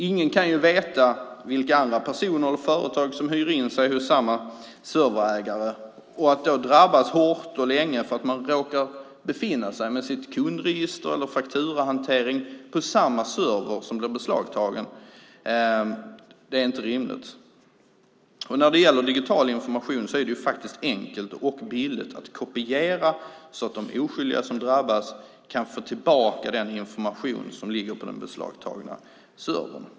Ingen kan veta vilka andra personer eller företag som hyr in sig hos samma serverägare, och att då drabbas hårt och länge för att man råkar befinna sig med sitt kundregister eller med sin fakturahantering på den server som blir beslagtagen är inte rimligt. När det gäller digital information är det faktiskt enkelt och billigt att kopiera, så att de oskyldiga som drabbas kan få tillbaka den information som ligger på den beslagtagna servern.